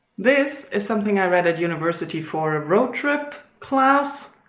this is something i read at university for a road trip class.